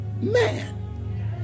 man